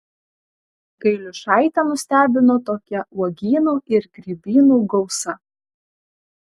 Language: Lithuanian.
gailiušaitę nestebino tokia uogynų ir grybynų gausa